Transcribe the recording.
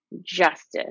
justice